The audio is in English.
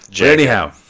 anyhow